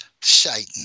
Satan